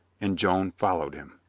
and joan followed him.